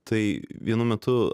tai vienu metu